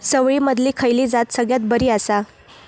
चवळीमधली खयली जात सगळ्यात बरी आसा?